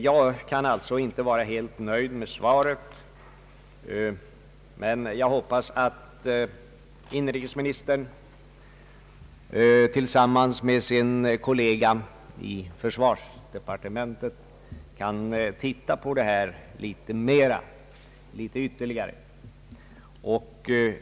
Jag kan alltså inte vara helt nöjd med svaret, men jag hoppas att inrikesministern tillsammans med sin kollega i försvarsdepartementet kan se på detta litet ytterligare.